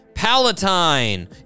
Palatine